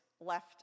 left